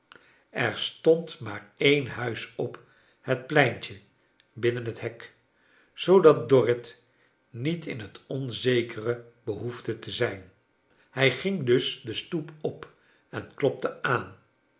er stond maar een huis op het pleintje binnen het hek zoodat dorrit niet in het onzekere behoefde te zijn hij ging dus de stoep op en klopte aan